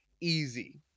easy